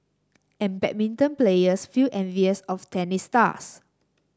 and badminton players feel envious of tennis stars